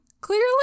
clearly